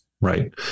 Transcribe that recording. right